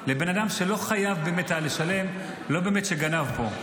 כמו בן אדם שלא באמת היה חייב לשלם ולא באמת גנב פה?